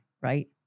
right